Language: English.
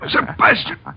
Sebastian